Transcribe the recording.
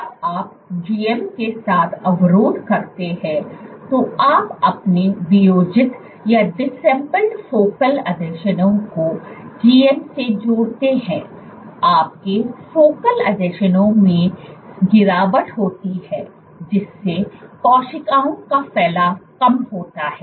जब आप GM के साथ अवरोध करते हैं तो आप अपने वियोजित फोकल आसंजनों को GM से जोड़ते हैं आपके फोकल आसंजनों में में गिरावट होती है जिससे कोशिकाओं का फैलाव कम होता है